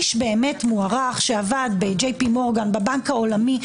איש באמת מוערך שעבד בבנק העולמי.